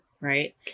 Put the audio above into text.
Right